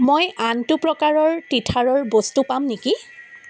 মই আনটো প্ৰকাৰৰ টিথাৰৰ বস্তু পাম নেকি